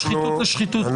משחיתות לשחיתות.